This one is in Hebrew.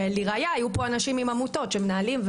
ולראייה: היו פה אנשים מעמותות שהם מנהלים,